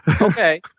Okay